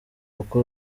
uko